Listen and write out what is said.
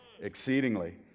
exceedingly